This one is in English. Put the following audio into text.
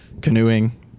canoeing